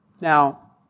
Now